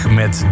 met